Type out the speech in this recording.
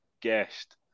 guest